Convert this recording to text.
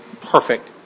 perfect